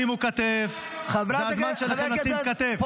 שימו כתף --- למעלה משנה מלחמה --- חבר הכנסת פורר,